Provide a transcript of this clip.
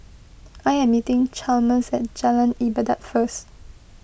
I am meeting Chalmers at Jalan Ibadat first